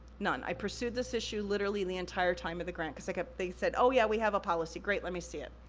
none, i pursued this issue literally the entire time of the grant, cause like ah they said, oh, yeah, we have a policy. great, let me see it.